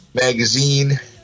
Magazine